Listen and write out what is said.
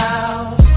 out